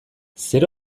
zer